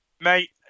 mate